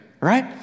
right